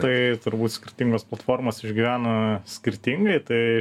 tai turbūt skirtingos platformos išgyvena skirtingai tai